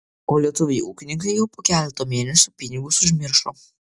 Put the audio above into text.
o lietuviai ūkininkai jau po keleto mėnesių pinigus užmiršo